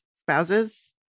spouses